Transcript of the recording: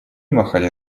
махали